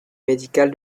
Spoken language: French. médical